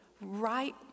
right